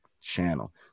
channel